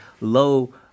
low